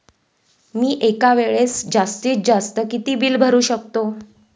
मी एका वेळेस जास्तीत जास्त किती बिल भरू शकतो?